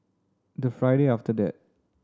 the Friday after that